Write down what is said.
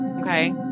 Okay